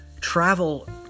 Travel